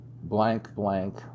blank-blank